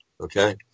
Okay